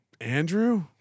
Andrew